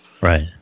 right